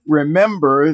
remember